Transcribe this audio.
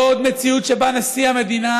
לא עוד מציאות שבה נשיא המדינה,